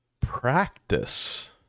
practice